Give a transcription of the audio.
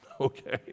okay